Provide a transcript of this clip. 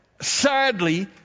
sadly